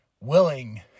willing